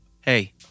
Hey